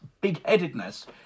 big-headedness